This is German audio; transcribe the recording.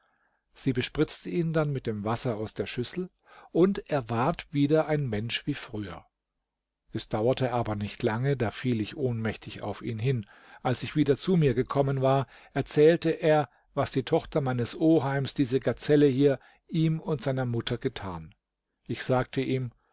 sie bespritzte ihn dann mit dem wasser aus der schüssel und er ward wieder ein mensch wie früher es dauerte aber nicht lange da fiel ich ohnmächtig auf ihn hin als ich wieder zu mir gekommen war erzählte er was die tochter meines oheims diese gazelle hier ihm und seiner mutter getan ich sagte ihm